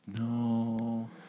No